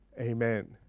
Amen